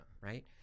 right